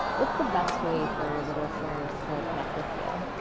what's the best way for the listeners to connect with you.